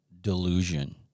delusion